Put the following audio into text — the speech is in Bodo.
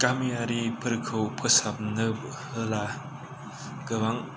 गामियारिफोरखौ फोसाबनो होब्ला गोबां